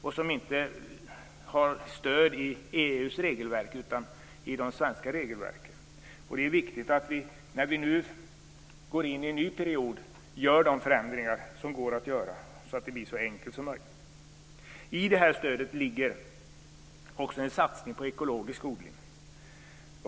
Det har inte stöd i EU:s regelverk utan i de svenska regelverken. När vi nu går in i en ny period är det viktigt att vi gör de förändringar som går att göra så att det blir så enkelt som möjligt. I detta stöd ligger också en satsning på ekologisk odling.